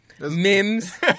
Mims